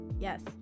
Yes